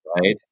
right